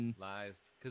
Lies